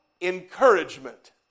encouragement